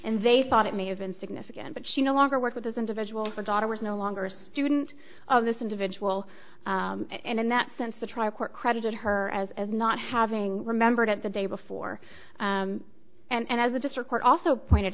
and they thought it may have been significant but she no longer work with those individuals the daughter was no longer a student of this individual and in that sense the trial court credited her as as not having remembered it the day before and as the district court also pointed